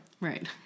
Right